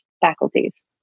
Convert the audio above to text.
faculties